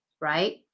right